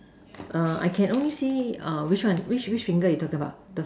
err I can only see err which one which which finger are you talking about the